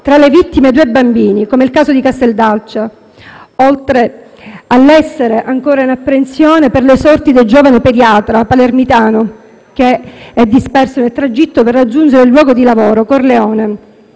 tra le vittime due bambini, come nel caso di Casteldaccia, mentre siamo ancora in apprensione per le sorti del giovane pediatra palermitano, disperso nel tragitto per raggiungere il luogo di lavoro, Corleone.